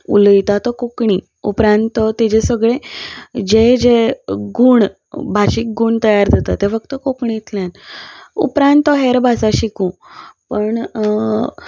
उलयता तो कोंकणी उपरांत तो तेजे सगळे जे जे गूण भाशीक गूण तयार जाता ते फक्त कोंकणींतल्यान उपरांत तो हेर भास शिकूं पण